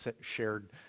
shared